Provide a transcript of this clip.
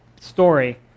story